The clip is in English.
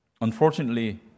unfortunately